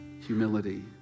Humility